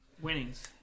winnings